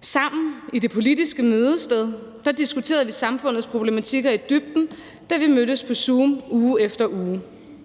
Sammen i Det Politiske Mødested diskuterede vi fordomsfrit og løsningsorienteret samfundets problematikker i dybden, da vi mødtes på Zoom uge efter uge.